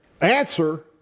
answer